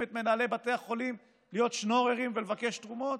את מנהלי בתי החולים להיות שנוררים ולבקש תרומות?